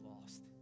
lost